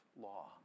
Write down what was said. law